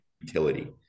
utility